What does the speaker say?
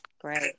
Great